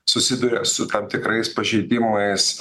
susiduria su tam tikrais pažeidimais